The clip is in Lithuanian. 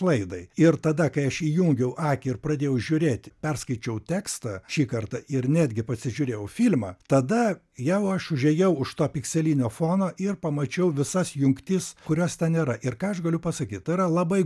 laidai ir tada kai aš įjungiau akį ir pradėjau žiūrėti perskaičiau tekstą šį kartą ir netgi pasižiūrėjau filmą tada jau aš užėjau už to pikselinio fono ir pamačiau visas jungtis kurios ten yra ir ką aš galiu pasakyt tai yra labai